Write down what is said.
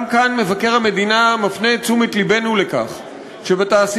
גם כאן מבקר המדינה מפנה את תשומת לבנו לכך שבתעשיות